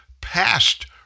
past